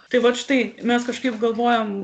tai vat štai mes kažkaip galvojom